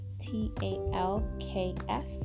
T-A-L-K-S